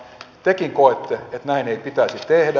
tekin koette että näin ei pitäisi tehdä